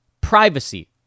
Privacy